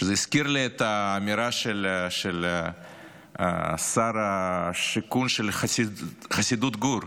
זה הזכיר לי את האמירה של שר השיכון של חסידות גור,